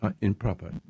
improper